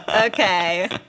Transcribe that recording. Okay